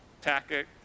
tactic